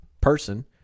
person